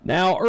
Now